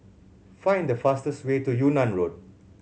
find the fastest way to Yunnan Road